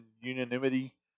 unanimity